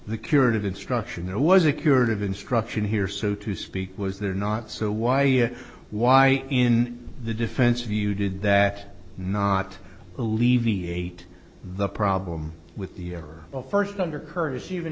the curative instruction there was a curative instruction here so to speak was there not so why why in the defense of you did that not alleviate the problem with the error of first under curtis even